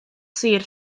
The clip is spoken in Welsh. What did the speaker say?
sir